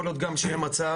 יכול להיות גם שיהיה מצב,